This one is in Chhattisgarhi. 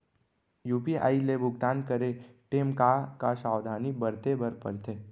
यू.पी.आई ले भुगतान करे टेम का का सावधानी बरते बर परथे